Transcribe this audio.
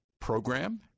program